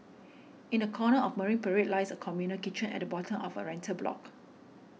in a corner of Marine Parade lies a communal kitchen at the bottom of a rental block